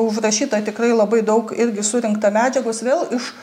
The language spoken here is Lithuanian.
užrašyta tikrai labai daug irgi surinkta medžiagos vėl iš